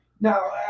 Now